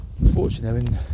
unfortunately